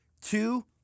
Two